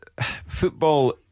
Football